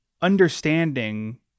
understanding